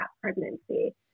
pregnancy